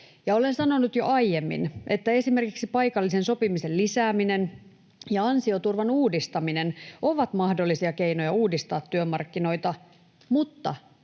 olen sanonut jo aiemmin, että esimerkiksi paikallisen sopimisen lisääminen ja ansioturvan uudistaminen ovat mahdollisia keinoja uudistaa työmarkkinoita mutta